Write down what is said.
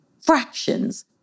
fractions